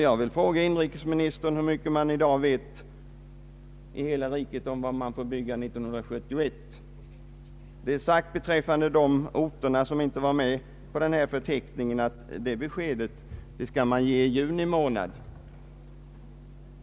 Jag vill fråga inrikesministern, hur mycket man i dag vet i hela riket om vad man får bygga under 1971. Beträffande de orter som inte var med på förteckningen är det sagt att beskedet skall ges i juni månad.